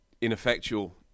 ineffectual